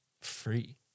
free